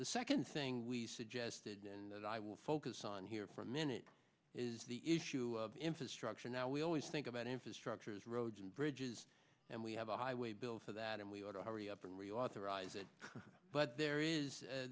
the second thing we suggested and that i will focus on here for a minute is the issue of infrastructure now we always think about infrastructures roads and bridges and we have a highway bill for that and we ought to hurry up and